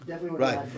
Right